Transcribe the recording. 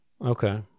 Okay